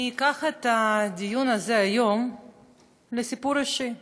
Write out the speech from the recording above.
אני אקח את הדיון הזה היום לסיפור אישי,